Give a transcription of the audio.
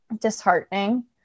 disheartening